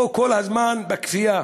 או שכל הזמן בכפייה?